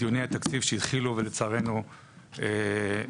בדיוני התקציב שהתחילו, ולצערנו נעצרו.